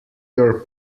your